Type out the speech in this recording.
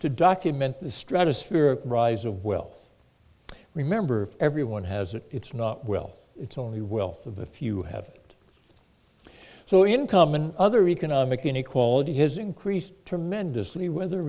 to document the stratospheric rise of well remember everyone has it it's not will it's only wealth of a few have it so income and other economic inequality has increased tremendously whether